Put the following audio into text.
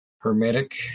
Hermetic